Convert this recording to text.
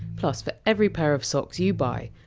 plus, for every pair of socks you buy,